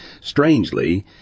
Strangely